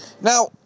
Now